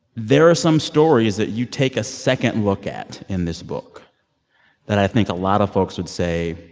there are some stories that you take a second look at in this book that i think a lot of folks would say,